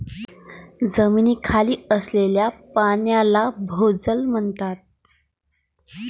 जमिनीखाली असलेल्या पाण्याला भोजल म्हणतात